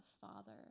father